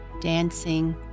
Dancing